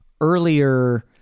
earlier